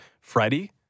Freddie